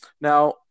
Now